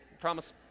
promise